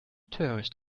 töricht